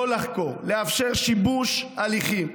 לא לחקור, לאפשר שיבוש הליכים.